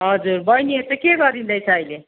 हजुर बैनीहरू चाहिँ के गरिँदैछ अहिले